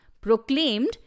proclaimed